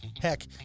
Heck